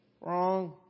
Wrong